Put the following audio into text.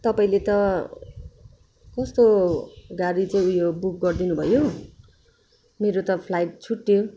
तपाईँले त कस्तो गाडी चाहिँ यो बुक गरिदिनु भयो मेरो त फ्लाइट छुट्यो